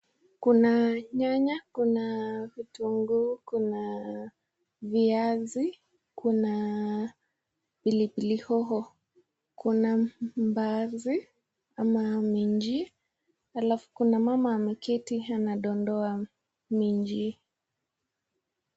Kuna nyanya, kuna vitunguu, kuna viazi, kuna pilipili hoho, kuna mbaazi ama minji, alafu kuna mama ameketi anadondoa minji.